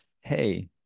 hey